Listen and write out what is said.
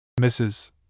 Mrs